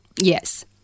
Yes